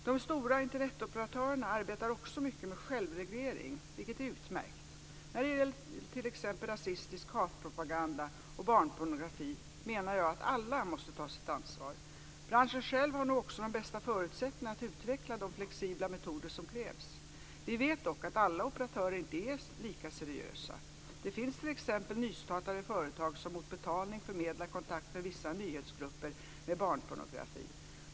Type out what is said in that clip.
De stora Internetoperatörerna arbetar också mycket med självreglering, vilket är utmärkt. När det gäller t.ex. rasistisk hatpropaganda och barnpornografi menar jag att alla måste ta sitt ansvar. Branschen själv har nog också de bästa förutsättningarna att utveckla de flexibla metoder som krävs. Vi vet dock att alla operatörer inte är lika seriösa. Det finns t.ex. nystartade företag som mot betalning förmedlar kontakt med vissa nyhetsgrupper med barnpornografi.